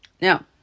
Now